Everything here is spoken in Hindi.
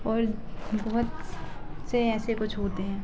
और बहुत से ऐसे कुछ होते हैं